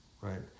Right